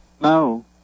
No